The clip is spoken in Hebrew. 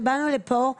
באנו לפה,